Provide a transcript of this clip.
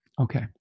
Okay